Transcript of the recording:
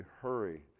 Hurry